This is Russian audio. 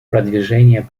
продвижение